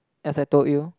as I told you